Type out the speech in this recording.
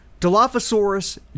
Dilophosaurus